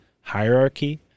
hierarchy